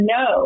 no